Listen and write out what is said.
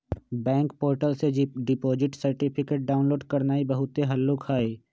bank portal से deposit certificate download करनाइ बहुते हल्लुक हइ